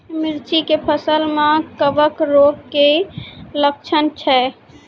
मिर्ची के फसल मे कवक रोग के की लक्छण छै?